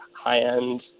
high-end